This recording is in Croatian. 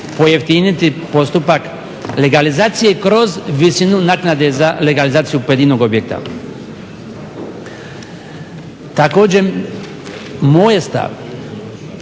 pojeftiniti postupak legalizacije kroz visinu naknade za legalizaciju pojedinog objekta. Također moj je stav